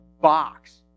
box